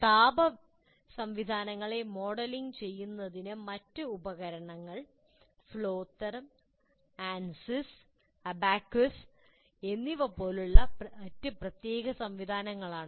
താപ സംവിധാനങ്ങളെ മോഡലിംഗ് ചെയ്യുന്നതിനുള്ള മറ്റ് ഉപകരണങ്ങൾ Flo Therm ANSYS ABAQUS എന്നിവ പോലുള്ള മറ്റ് പ്രത്യേക സംവിധാനങ്ങളാണ്